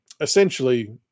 essentially